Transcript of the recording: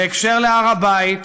בקשר להר הבית,